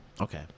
Okay